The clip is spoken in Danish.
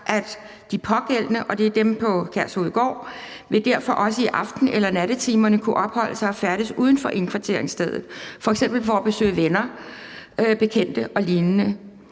at de pågældende – og det er dem på Kærshovedgård – i aften- eller nattetimerne vil kunne opholde sig og færdes uden for indkvarteringsstedet, f.eks. for at besøge venner, bekendte og lignende.